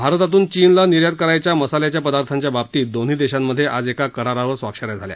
भारतातून चीनला निर्यात करायच्या मसाल्याच्या पदार्थांच्या बाबतीत दोन्ही देशांमध्ये आज एक करारावर स्वाक्षऱ्या झाल्या